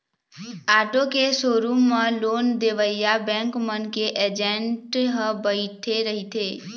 auto के showroom म loan देवइया बेंक मन के एजेंट ह बइठे रहिथे